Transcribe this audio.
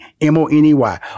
M-O-N-E-Y